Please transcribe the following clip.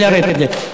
נא לרדת.